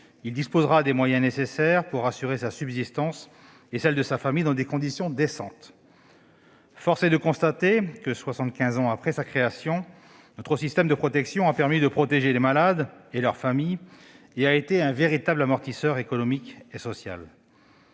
il disposera des moyens nécessaires pour assurer sa subsistance et celle de sa famille dans des conditions décentes ». Force est de constater que, soixante-quinze ans après sa création, notre système a permis de protéger les malades et leurs familles et s'est révélé un véritable amortisseur économique et social.